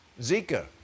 Zika